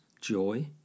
joy